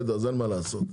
אז אין מה לעשות.